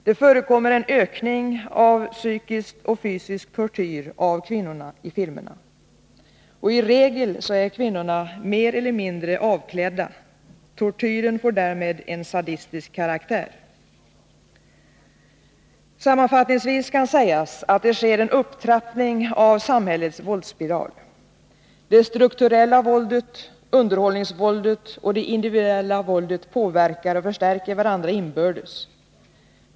Det förekommer en ökning av psykisk och fysisk tortyr av kvinnor i filmerna. I regel är dessa kvinnor mer eller mindre avklädda. Tortyren får därmed en sadistisk karaktär. Sammanfattningsvis kan sägas att det sker en upptrappning av samhällets våldsspiral. Det strukturella våldet, underhållningsvåldet och det individuel la våldet påverkar och förstärker varandra inbördes.